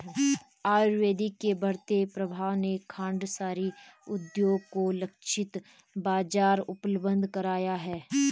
आयुर्वेद के बढ़ते प्रभाव ने खांडसारी उद्योग को लक्षित बाजार उपलब्ध कराया है